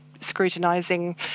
scrutinising